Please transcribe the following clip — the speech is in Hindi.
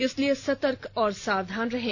इसलिए सतर्क और सावधान रहें